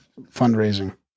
fundraising